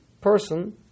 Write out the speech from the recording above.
person